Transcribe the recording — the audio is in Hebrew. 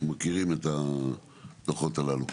מכירים את הדו"חות הללו.